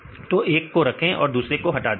ठीक है तो एक को रखें और दूसरे को हटा दें